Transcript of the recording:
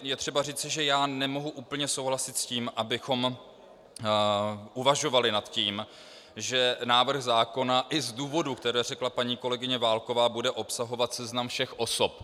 Je třeba říci, že já nemohu úplně souhlasit s tím, abychom uvažovali nad tím, že návrh zákona, i z důvodů, které řekla paní kolegyně Válková, bude obsahovat seznam všech osob.